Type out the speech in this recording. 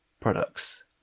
products